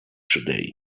today